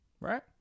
Right